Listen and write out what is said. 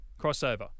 crossover